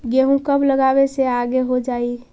गेहूं कब लगावे से आगे हो जाई?